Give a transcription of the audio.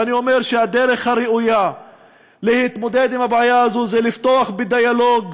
ואני אומר שהדרך הראויה להתמודד עם הבעיה הזו זה לפתוח בדיאלוג